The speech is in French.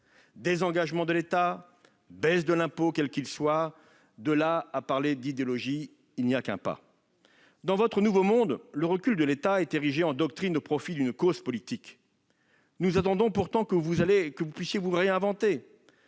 désengagement de l'État et baisse de l'impôt, quel qu'il soit. De là à parler d'idéologie, il n'y a qu'un pas ... Dans votre « nouveau monde », le recul de l'État est érigé en doctrine au profit d'une cause politique. Nous attendons pourtant que vous puissiez vous réinventer.